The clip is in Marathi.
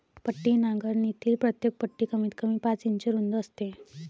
पट्टी नांगरणीतील प्रत्येक पट्टी कमीतकमी पाच इंच रुंद असते